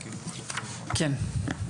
כן.